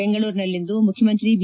ಬೆಂಗಳೂರಿನಲ್ಲಿಂದು ಮುಖ್ಯಮಂತ್ರಿ ಬಿ